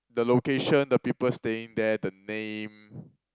the location the people staying there the name